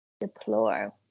deplore